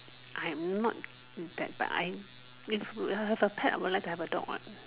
I'm not that but I if I have a pet I would like to have a dog what